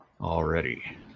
Already